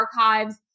archives